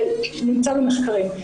זה נמצא במחקרים.